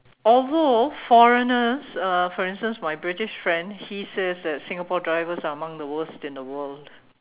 although foreigners uh for instance my British friend he says that Singapore drivers are the among the worst in the world